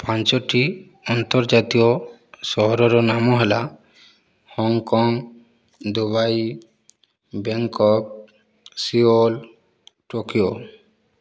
ପାଞ୍ଚଟି ଅନ୍ତର୍ଜାତୀୟ ସହରର ନାମ ହେଲା Hong Kong Dubai Bangkok Seoul Tokyo